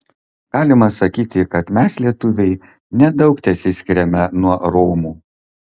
galima sakyti kad mes lietuviai nedaug tesiskiriame nuo romų